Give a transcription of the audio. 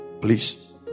Please